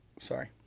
Sorry